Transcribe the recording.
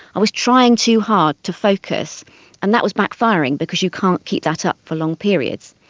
i was trying too hard to focus and that was backfiring because you can't keep that up for long periods.